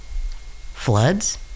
Floods